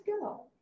go